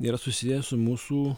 yra susiję su mūsų